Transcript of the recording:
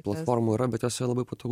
platformų yra bet jose labai patogu